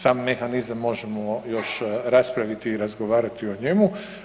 Sam mehanizam možemo još raspraviti i razgovarati o njemu.